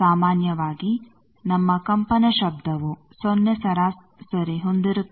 ಸಾಮಾನ್ಯವಾಗಿ ನಮ್ಮ ಕಂಪನ ಶಬ್ಧವು ಸೊನ್ನೆ ಸರಾಸರಿ ಹೊಂದಿರುತ್ತದೆ